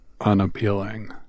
unappealing